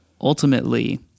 Ultimately